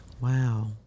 Wow